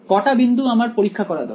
কটা বিন্দু আমার পরীক্ষা করা দরকার